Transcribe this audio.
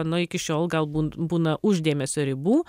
nu iki šiol gal būn būna už dėmesio ribų